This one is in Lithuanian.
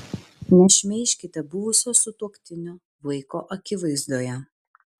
nešmeižkite buvusio sutuoktinio vaiko akivaizdoje